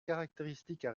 caractéristiques